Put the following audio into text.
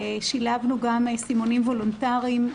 שילבנו גם סימונים וולונטריים,